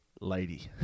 lady